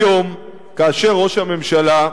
היום, כאשר ראש הממשלה,